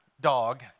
dog